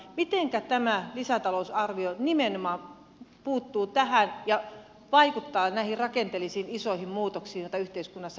mitenkä tämä lisätalousarvio nimenomaan puuttuu tähän ja vaikuttaa näihin rakenteellisiin isoihin muutoksiin joita yhteiskunnassa välttämättä tarvitaan